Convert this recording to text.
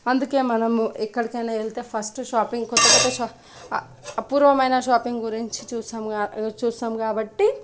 అందుకే మనం ఎక్కడికైనా వెళితే ఫస్ట్ షాపింగ్ కొత్త కొత్త షాపింగ్ అపూర్వమైన షాపింగ్ గురించి చూసాం చూస్తాం కాబట్టి